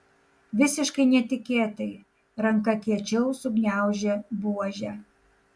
visiškai netikėtai ranka kiečiau sugniaužė buožę